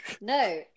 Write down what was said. No